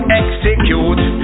execute